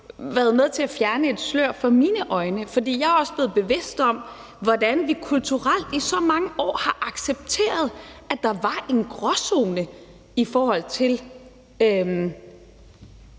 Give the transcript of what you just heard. været med til at fjerne et slør fra mine øjne. For jeg er også blevet bevidst om, hvordan vi kulturelt i så mange år har accepteret, at der var en gråzone i forhold til